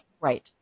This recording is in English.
Right